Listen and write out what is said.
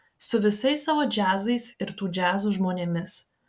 su visais savo džiazais ir tų džiazų žmonėmis